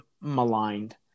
maligned